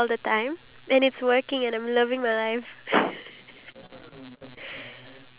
boy I ain't the only one who was fool you be fooling too yo